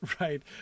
right